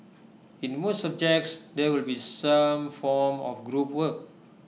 in most subjects there will be some form of group work